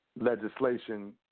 Legislation